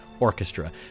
orchestra